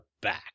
back